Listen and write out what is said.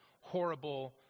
horrible